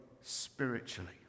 spiritually